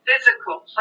physical